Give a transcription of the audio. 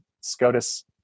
SCOTUS